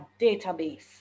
database